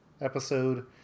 episode